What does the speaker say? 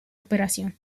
operación